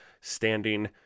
standing